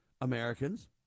Americans